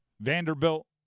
Vanderbilt